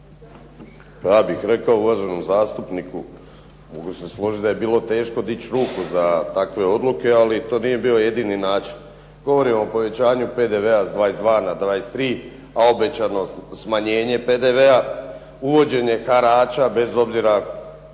Ja bih rekao uvaženom zastupniku mogu se složiti da je bilo teško dići ruku za takve odluke, ali to nije bio jedini način. Govorim o povećanju PDV-a sa 22 na 23, a obećano smanjenje PDV-a. Uvođenje harača bez obzira